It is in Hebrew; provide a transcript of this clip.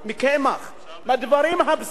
מהדברים הבסיסיים ביותר?